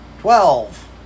Twelve